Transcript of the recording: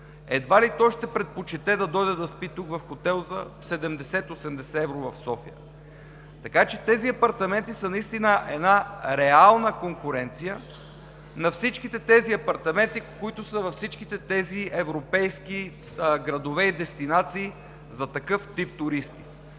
Едва ли той ще предпочете да дойде да спи тук в хотел за 70 – 80 евро в София. Така че тези апартаменти са наистина една реална конкуренция на всичките апартаменти, които са в тези европейски градове и дестинации за такъв тип туристи.